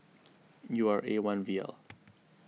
U R A one V L